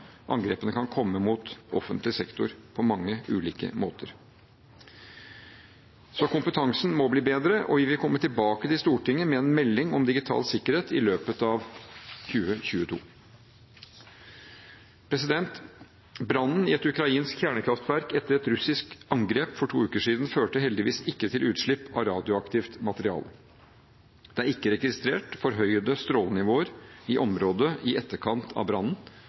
kan angrepene mot offentlig sektor komme på mange ulike måter. Så kompetansen må bli bedre, og vi vil komme tilbake til Stortinget med en melding om digital sikkerhet i løpet av 2022. Brannen i et ukrainsk kjernekraftverk etter et russisk angrep for to uker siden førte heldigvis ikke til utslipp av radioaktivt materiale. Det er ikke registrert forhøyede strålenivåer i området i etterkant av brannen,